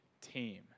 team